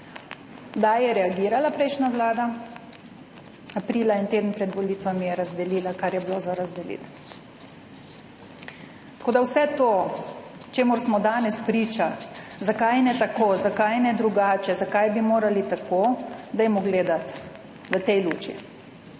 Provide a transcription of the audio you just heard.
Kdaj je reagirala prejšnja vlada? Aprila, en teden pred volitvami, je razdelila, kar je bilo za razdeliti. Tako da vse to, čemur smo danes priča, zakaj ne tako, zakaj ne drugače, zakaj bi morali tako, dajmo gledat v tej luči.